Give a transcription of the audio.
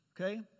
Okay